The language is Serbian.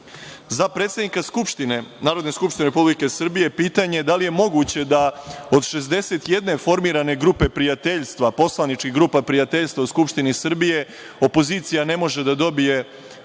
predsednika Narodne skupštine Republike Srbije pitanje – da li je moguće da od 61 formirane grupe prijateljstva, poslaničkih grupa prijateljstva u Skupštini Srbije, opozicija ne može da dobije